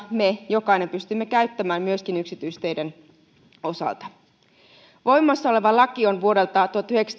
jokainen pystymme käyttämään myöskin yksityisteiden osalta voimassa oleva laki on vuodelta